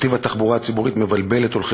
נתיב התחבורה הציבורית מבלבל את הולכי